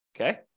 Okay